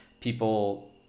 people